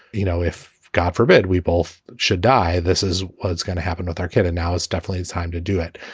you know, if, god forbid, we both should die, this is what's going to happen with our kids. now it's definitely the time to do it.